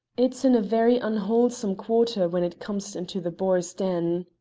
it's in a very unwholesome quarter when it comes into the boar's den